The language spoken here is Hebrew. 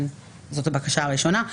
זאת הבקשה הראשונה.